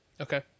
Okay